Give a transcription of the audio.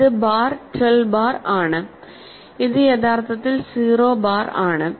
ഇത് 12 ബാർ ആണ് ഇത് യഥാർത്ഥത്തിൽ 0 ബാർ ആണ്